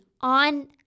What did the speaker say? on